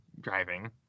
driving